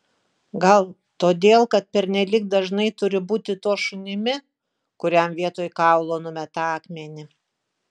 gal todėl kad pernelyg dažnai turiu būti tuo šunimi kuriam vietoj kaulo numeta akmenį